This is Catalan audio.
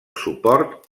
suport